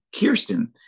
kirsten